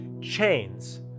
chains